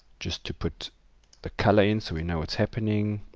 just to put the colour in so we know what is happening.